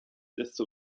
desto